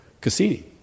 Cassini